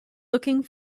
looking